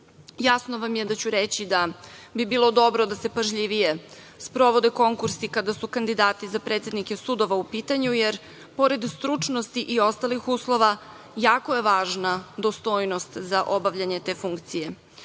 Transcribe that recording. vam je da ću reći da bi bilo dobro da se pažljivije sprovode konkursi kada su kandidati za predsednike sudova u pitanju, jer pored stručnosti i ostalih uslova, jako je važna dostojnost za obavljanje te funkcije. Takođe,